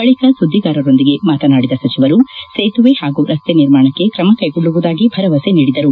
ಬಳಿಕ ಸುದ್ದಿಗಾರರೊಂದಿಗೆ ಮಾತನಾಡಿದ ಸಚಿವರು ಸೇತುವೆ ಹಾಗೂ ರಸ್ತೆ ನಿರ್ಮಾಣಕ್ಕೆ ಕ್ರಮ ಕೈಗೊಳ್ಳುವುದಾಗಿ ಭರವಸೆ ನೀಡಿದರು